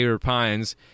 Pines